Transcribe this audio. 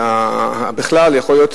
אם מי שהיה זורק את הגחל הזה ליער היה ילד חרדי,